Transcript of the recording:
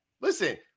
Listen